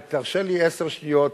תרשה לי עשר שניות.